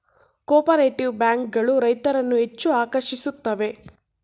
cooperative bank ಗಳು ರೈತರನ್ನು ಹೆಚ್ಚು ಆಕರ್ಷಿಸುತ್ತವೆ